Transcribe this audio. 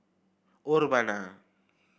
urbana